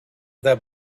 that